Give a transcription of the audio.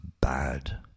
bad